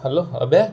hello Abhya